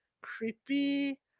Creepy